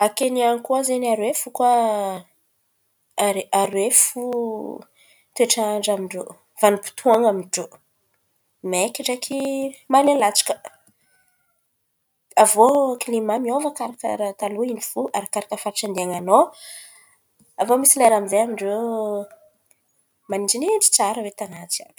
A Kenià an̈y koa zen̈y an, aroe fô koa aroe fô toetrandra amin-drô, vanim-potoan̈a amin-drô: maiky ndraiky malen̈y latsaka. Avô klimà miôva karkaràha taloha in̈y fô, arakaraka faritry andian̈an̈ao. Avô misy lera amy zay amin-drô manintsinintsy tsara olo tan̈àna jiàby.